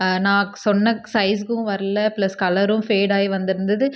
நான் சொன்ன சைஸுக்கும் வரல ப்ளஸ் கலரும் ஃபேட் ஆகி வந்துருந்தது